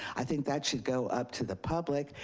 i think that should go up to the public,